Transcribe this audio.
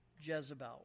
Jezebel